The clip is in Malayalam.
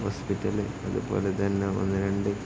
ഹോസ്പിറ്റലും അതുപോലെ തന്നെ ഒന്ന് രണ്ട്